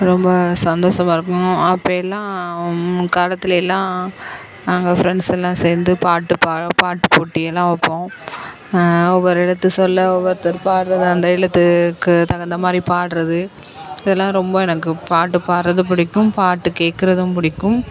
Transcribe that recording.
ரொம்ப சந்தோஷமா இருக்கும் அப்பலாம் முன் காலத்திலேலாம் நாங்கள் ஃப்ரெண்ட்ஸெல்லாம் சேர்ந்து பாட்டுப் பாட பாட்டுப் போட்டியெல்லாம் வைப்போம் ஒரு எழுத்து சொல்ல ஒவ்வொருத்தர் பாடுறது அந்த எழுத்துக்கு தகுந்தமாதிரிப் பாடுறது இதெலாம் ரொம்ப எனக்கு பாட்டுப் பாடுறது பிடிக்கும் பாட்டுக் கேட்குறதும் பிடிக்கும்